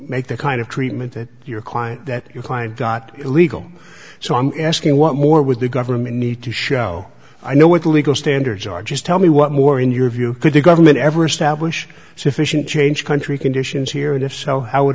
make the kind of treatment that your client that your client got illegal so i'm asking what more would the government need to show i know what the legal standards are just tell me what more in your view could the government ever stablish sufficient change country conditions here and if so how would